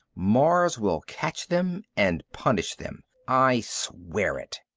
mars will catch them and punish them! i swear it!